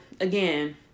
again